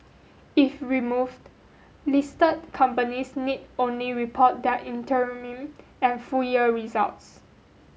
if removed listed companies need only report their interim and full year results